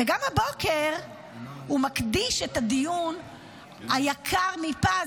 וגם הבוקר הוא מקדיש את הדיון היקר מפז,